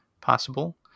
possible